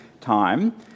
time